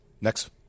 Next